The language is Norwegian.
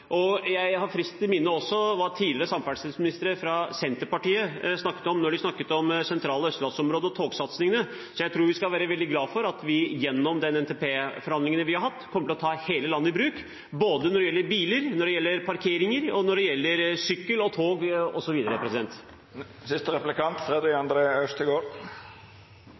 Jeg har friskt i minne hva tidligere samferdselsministere fra Senterpartiet snakket om når de snakket om det sentrale Østlands-området og togsatsingene, så jeg tror vi skal være veldig glade for at vi gjennom NTP-forhandlingene vi har hatt, kommer til å ta hele landet i bruk – når det gjelder